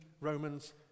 Romans